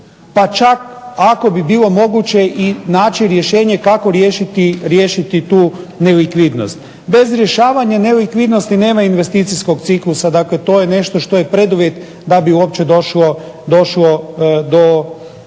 pa čak ako bi bilo moguće i naći rješenje kako riješiti tu nelikvidnost. Bez rješavanja nelikvidnosti nema investicijskog ciklusa. Dakle, to je nešto što je preduvjet da bi uopće došlo do